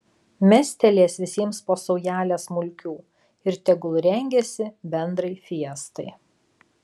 mestelės visiems po saujelę smulkių ir tegul rengiasi bendrai fiestai